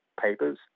papers